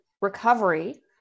recovery